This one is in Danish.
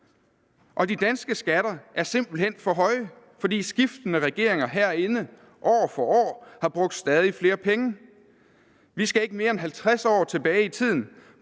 De danske skatter er simpelt hen for høje, fordi skiftende regeringer herinde år for år har brugt stadig flere penge. Vi skal ikke mere end 50 år tilbage i tiden,